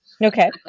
Okay